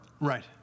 Right